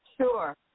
Sure